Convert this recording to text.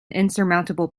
insurmountable